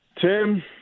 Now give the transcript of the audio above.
Tim